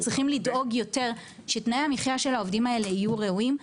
צריכים לדאוג יותר שתנאי המחיה של העובדים האלה יהיו ראויים.